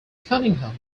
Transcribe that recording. cunningham